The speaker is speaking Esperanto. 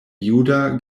juda